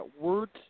words